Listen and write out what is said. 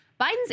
Biden's